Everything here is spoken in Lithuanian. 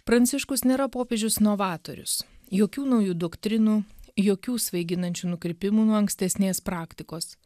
pranciškus nėra popiežius novatorius jokių naujų doktrinų jokių svaiginančių nukrypimų nuo ankstesnės praktikos